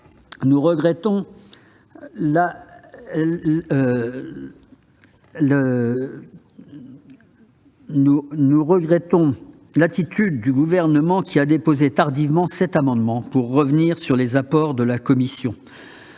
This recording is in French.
nous regrettons l'attitude du Gouvernement qui a déposé tardivement sept amendements visant à revenir sur les amendements de la commission